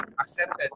accepted